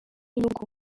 inyungu